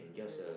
mmhmm